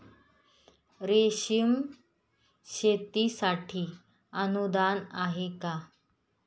रेशीम शेतीसाठी अनुदान आहे का?